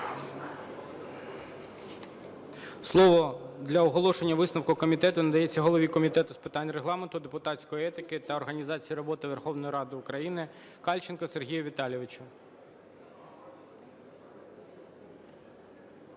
Слово для оголошення висновку комітету надається голові Комітету з питань Регламентну, депутатської етики та організації роботи Верховної Ради України Кальченку Сергію Віталійовичу.